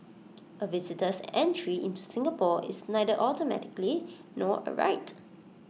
A visitor's entry into Singapore is neither automatically nor A right